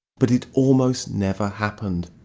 but it almost never happened.